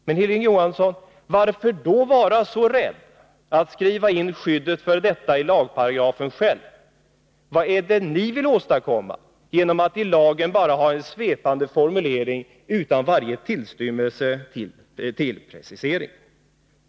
Men, Hilding Johansson, varför då vara så rädd att skriva in skyddet för detta i själva lagen? Vad är det ni vill åstadkomma genom att i lagen bara ha en svepande formulering utan tillstymmelse till precisering?